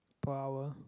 per hour